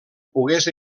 pogués